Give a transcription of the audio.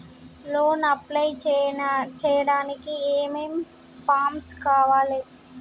Loan apply చేయడానికి ఏం ఏం ఫామ్స్ కావాలే?